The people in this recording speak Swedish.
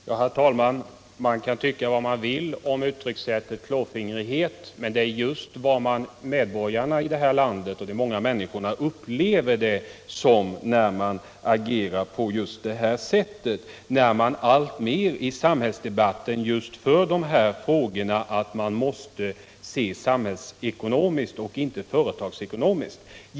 Herr talman! Man kan tycka vad man vill om uttrycket klåfingrighet, men de många människorna i landet upplever det just som klåfingrighet, när man agerar på det här sättet som SJ gör. Samtidigt som vi i samhällsdebatten hävdar att man måste se samhällsekonomiskt och inte företagsekonomiskt på dessa frågor.